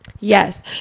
Yes